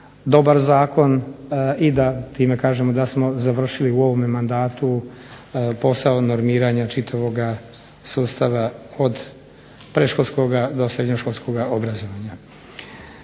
dobar zakon, i da time kažemo da smo završili u ovome mandatu posao normiranja čitavoga sustava od predškolskoga do srednjoškolskoga obrazovanja.